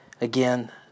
Again